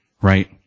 Right